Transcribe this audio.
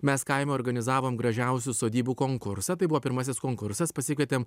mes kaime organizavom gražiausių sodybų konkursą tai buvo pirmasis konkursas pasikvietėm